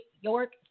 York